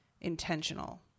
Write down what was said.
intentional